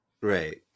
Right